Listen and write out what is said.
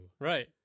Right